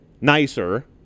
Nicer